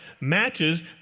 matches